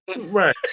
Right